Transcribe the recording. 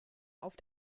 auf